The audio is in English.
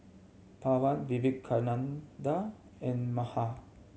Pawan Vivekananda and Medha